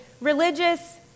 religious